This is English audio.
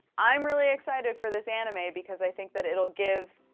i'm really excited for this anime, because i think that it'll give.